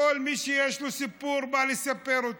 כל מי שיש לו סיפור בא לספר אותו.